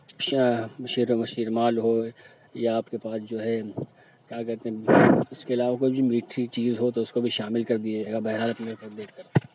شیر شیر مال ہو یا آپ کے پاس جو ہے کیا کہتے ہیں اِس کے علاوہ کوئی جو میٹھی چیز ہو تو اُس کو بھی شامل کر دیجیے گا بہر حال کندے پر